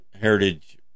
Heritage